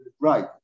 right